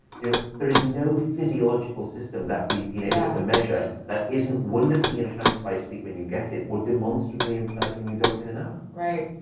you know, there is no physiological system that we've been able to measure that isn't wonderfully enhanced by sleep when you get it, or demonstrably impaired when you don't get enough. rhonda right.